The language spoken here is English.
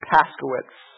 Paskowitz